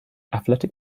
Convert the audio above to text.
athletic